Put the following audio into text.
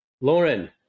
Lauren